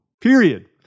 Period